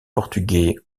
portugais